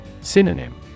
Synonym